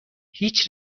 هیچ